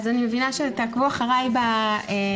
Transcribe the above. אני מבינה שתעקבו אחרי במצגת.